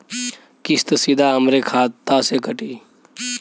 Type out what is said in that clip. किस्त सीधा हमरे खाता से कटी?